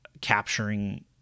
capturing